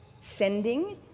sending